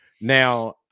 Now